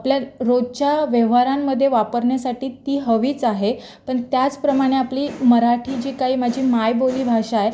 आपल्या रोजच्या व्यवहारांमध्ये वापरण्यासाठी ती हवीच आहे पण त्याचप्रमाणे आपली मराठी जी काय माझी मायबोली भाषा आहे